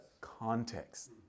Context